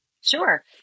Sure